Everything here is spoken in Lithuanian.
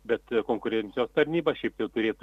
bet konkurencijos tarnyba šiaip jau turėtų